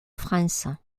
france